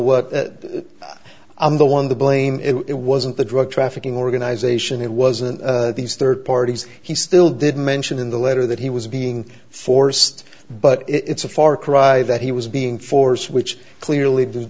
the i'm the one the blame it wasn't the drug trafficking organization it wasn't these third parties he still didn't mention in the letter that he was being forced but it's a far cry that he was being force which clearly